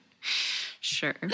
Sure